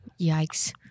yikes